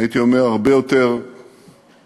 הייתי אומר, הרבה יותר מעשית.